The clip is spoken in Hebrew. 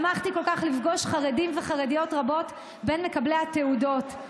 שמחתי כל כך לפגוש חרדים וחרדיות רבות בין מקבלי התעודות,